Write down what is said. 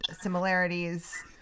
similarities